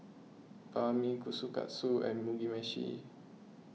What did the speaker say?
Banh Mi Kushikatsu and Mugi Meshi